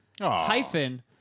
hyphen